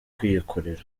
kwikorera